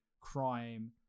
crime